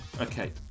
okay